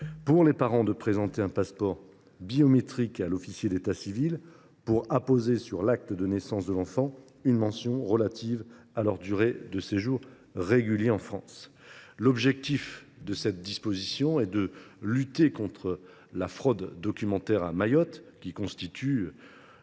pour les parents de présenter un passeport biométrique à l’officier d’état civil, pour apposer, sur l’acte de naissance de l’enfant, une mention relative à leur durée de séjour régulier en France. L’objectif est de lutter contre la fraude documentaire à Mayotte, qui constitue